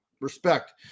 respect